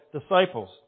disciples